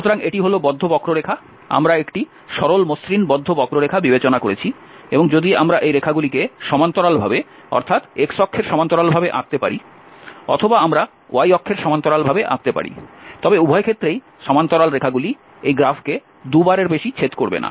সুতরাং এটি হল বদ্ধ বক্ররেখা আমরা একটি সরল মসৃণ বদ্ধ বক্ররেখা বিবেচনা করেছি এবং যদি আমরা এই রেখাগুলিকে সমান্তরালভাবে অর্থাৎ x অক্ষের সমান্তরালভাবে আঁকতে পারি অথবা আমরা y অক্ষের সমান্তরালভাবে আঁকতে পারি তবে উভয় ক্ষেত্রেই সমান্তরাল রেখাগুলি এই গ্রাফকে 2 বার এর বেশি ছেদ করবে না